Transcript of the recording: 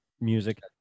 music